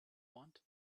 want